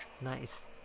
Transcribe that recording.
nice